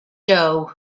doe